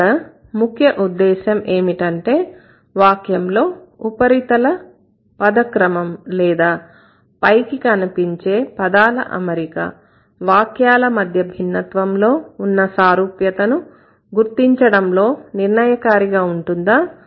ఇక్కడ ముఖ్య ఉద్దేశం ఏమిటంటే వాక్యంలో ఉపరితల పదక్రమం లేదా పైకి కనిపించే పదాల అమరిక వాక్యాల మధ్య భిన్నత్వంలో ఉన్న సారూప్యతను గుర్తించడంలో నిర్ణయకారిగా ఉంటుందా